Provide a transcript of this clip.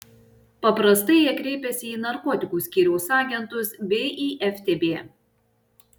paprastai jie kreipiasi į narkotikų skyriaus agentus bei į ftb